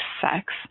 sex